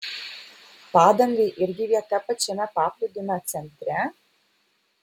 padangai irgi vieta pačiame paplūdimio centre